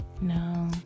no